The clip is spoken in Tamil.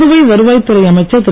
புதுவை வருவாய் துறை அமைச்சர் திரு